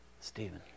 Stephen